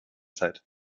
zeit